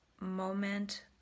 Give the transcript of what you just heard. moment